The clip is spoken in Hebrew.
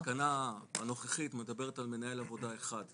התקנה הנוכחית מדברת על מנהל עבודה אחד,